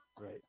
right